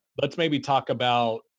let's maybe talk about,